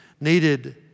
needed